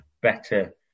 better